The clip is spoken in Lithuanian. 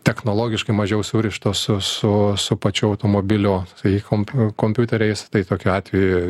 technologiškai mažiau surištos su su su pačiu automobiliu sakykim kompiu kompiuteriais tai tokiu atveju